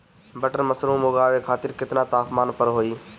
Button mushroom उगावे खातिर केतना तापमान पर होई?